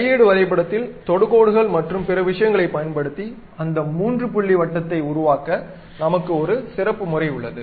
கையேடு வரைபடத்தில் தொடுகோடுகள் மற்றும் பிற விஷயங்களைப் பயன்படுத்தி அந்த மூன்று புள்ளி வட்டத்தை உருவாக்க நமக்கு ஒரு சிறப்பு முறை உள்ளது